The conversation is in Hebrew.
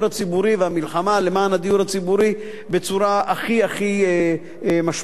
הדיור הציבורי והמלחמה למען הדיור הציבורי בצורה הכי-הכי משמעותית,